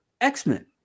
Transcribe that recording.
X-Men